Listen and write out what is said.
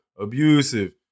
abusive